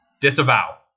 Disavow